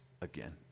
again